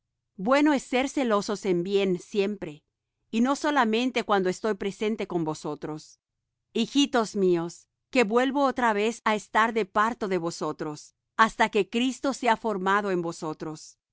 bueno es ser celosos en bien siempre y no solamente cuando estoy presente con vosotros hijitos míos que vuelvo otra vez á estar de parto de vosotros hasta que cristo sea formado en vosotros